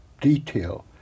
detail